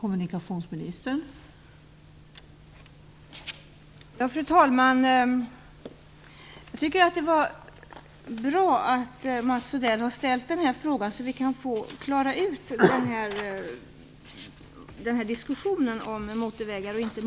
Fru talman! Jag tycker att det är bra att Mats Odell har ställt den här frågan, för nu kan vi klara ut diskussionen om motorvägar eller inte.